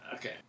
Okay